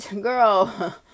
girl